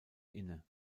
inne